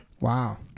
Wow